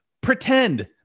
pretend